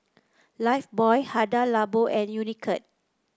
Lifebuoy Hada Labo and Unicurd